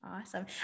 Awesome